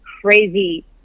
crazy